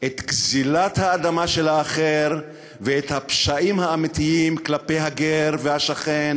את גזלת האדמה של האחר ואת הפשעים האמיתיים כלפי הגר והשכן.